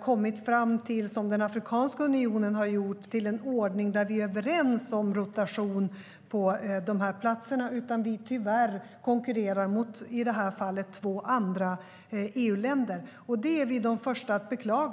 kommit fram till - som den afrikanska unionen har gjort - en ordning där vi är överens om rotation på de här platserna, utan tyvärr konkurrerar vi mot i det här fallet två andra EU-länder. Det är vi de första att beklaga.